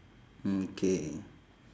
mm K